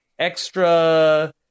extra